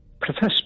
Professor